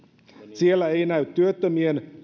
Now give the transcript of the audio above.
siellä ei näy työttömien